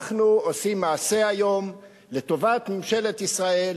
אנחנו עושים מעשה היום לטובת ממשלת ישראל,